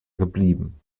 geblieben